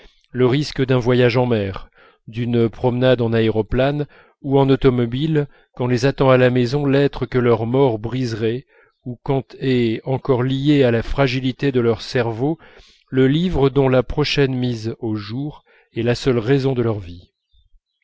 le risque d'un voyage en mer d'une promenade en aéroplane ou en automobile quand les attend à la maison l'être que leur mort briserait ou quand est encore lié à la fragilité de leur cerveau le livre dont la prochaine mise au jour est la seule raison de leur vie